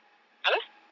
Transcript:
apa